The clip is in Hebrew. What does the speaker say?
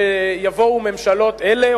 שיבואו ממשלות אלה,